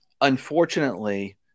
Unfortunately